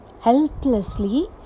Helplessly